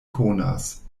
konas